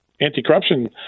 anti-corruption